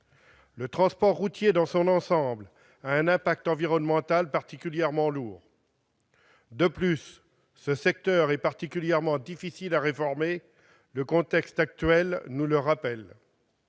Le transport routier dans son ensemble a un impact environnemental particulièrement lourd. De plus, ce secteur est particulièrement difficile à réformer ; le contexte actuel nous le rappelle.